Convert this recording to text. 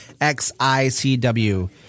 XICW